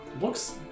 looks